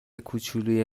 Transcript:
کوچلوی